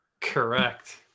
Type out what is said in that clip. Correct